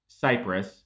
Cyprus